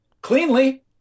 cleanly